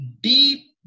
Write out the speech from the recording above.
deep